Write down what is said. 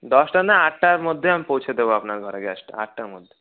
দশটা না আটটার মধ্যে আমি পৌঁছে দেব আপনার ঘরে গ্যাসটা আটটার মধ্যে